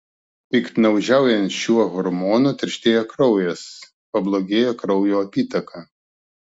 piktnaudžiaujant šiuo hormonu tirštėja kraujas pablogėja kraujo apytaka